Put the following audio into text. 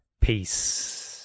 Peace